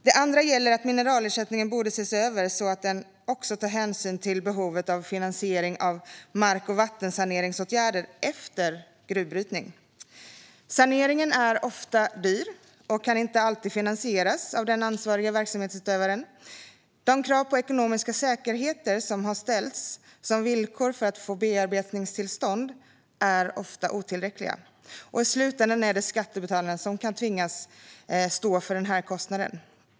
Det andra gäller att mineralersättningen borde ses över så att den också tar hänsyn till behovet av finansiering av mark och vattensaneringsåtgärder efter gruvbrytning. Saneringen är ofta dyr och kan inte alltid finansieras av den ansvariga verksamhetsutövaren. De krav på ekonomiska säkerheter som har ställts som villkor för att få bearbetningstillstånd är ofta otillräckliga, och i slutändan är det skattebetalarna som kan tvingas stå för kostnaden.